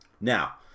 Now